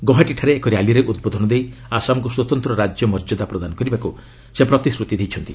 ଗୌହାଟୀଠାରେ ଏକ ର୍ୟାଲିରେ ଉଦ୍ବୋଧନ ଦେଇ ଆସାମକୁ ସ୍ୱତନ୍ତ ରାଜ୍ୟ ମର୍ଯ୍ୟଦା ପ୍ରଦାନ କରିବାକୁ ସେ ପ୍ରତିଶ୍ରୁତି ଦେଇଛନ୍ତି